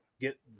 get